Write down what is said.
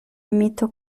amito